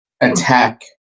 attack